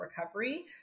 recovery